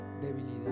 debilidad